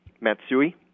Matsui